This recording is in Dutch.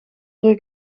ruk